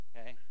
okay